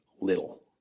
Little